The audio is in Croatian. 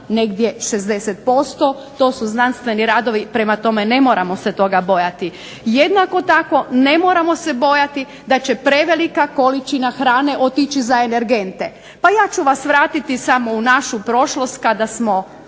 negdje 60%, to su znanstveni radovi prema tome ne moramo se toga bojati. Jednako tako ne moramo se bojati da će prevelika količina hrane otići za energente, pa ja ću vas vratiti u našu prošlost kada smo